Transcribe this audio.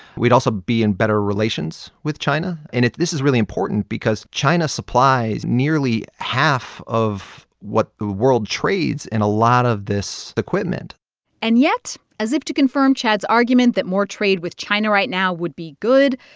we'd also be in better relations with china. and it this is really important because china supplies nearly half of what the world trades in a lot of this equipment and yet, as if to confirm chad's argument that more trade with china right now would be good,